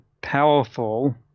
powerful